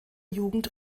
jugend